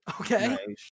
Okay